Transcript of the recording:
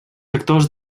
actors